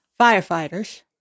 firefighters